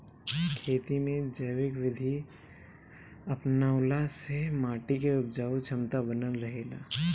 खेती में जैविक विधि अपनवला से माटी के उपजाऊ क्षमता बनल रहेला